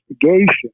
investigation